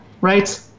Right